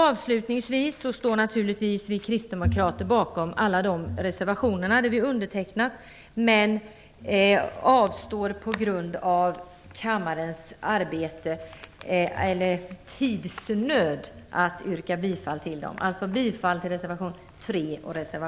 Avslutningsvis vill jag säga att vi kristdemokrater naturligtvis står bakom alla de reservationer som vi har undertecknat men att jag på grund av kammarens tidsnöd inskränker mig till att yrka bifall till reservationerna 3 och 8.